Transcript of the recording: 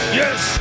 yes